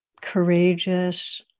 courageous